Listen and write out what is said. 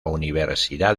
universidad